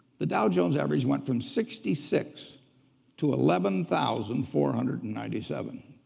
the dow jones average went from sixty six to eleven thousand four hundred and ninety seven.